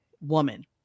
woman